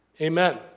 amen